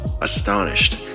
astonished